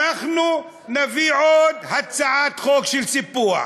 אנחנו נביא עוד הצעת חוק של סיפוח.